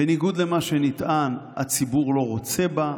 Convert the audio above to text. בניגוד למה שנטען, הציבור לא רוצה בה,